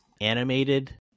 animated